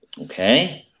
Okay